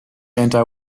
anti